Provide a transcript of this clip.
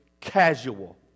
casual